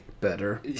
Better